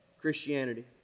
Christianity